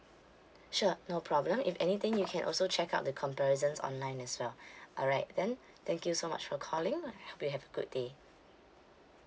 sure no problem if anything you can also check out the comparisons online as well alright then thank you so much for calling I hope you have a good day